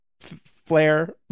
flare